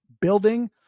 building